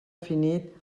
finit